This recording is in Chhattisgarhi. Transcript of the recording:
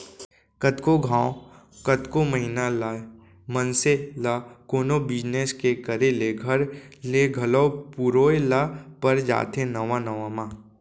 कतको घांव, कतको महिना ले मनसे ल कोनो बिजनेस के करे ले घर ले घलौ पुरोय ल पर जाथे नवा नवा म